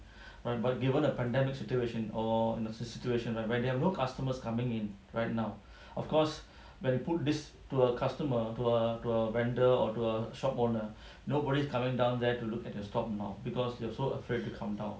but but given a pandemic situation or in a situation like where there stock now because they are so afraid to come down